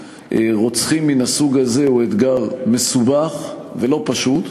בהם רוצחים מן הסוג הזה הוא מסובך ולא פשוט,